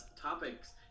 topics